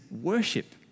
worship